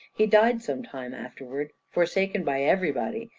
he died some time afterwards, forsaken by everybody,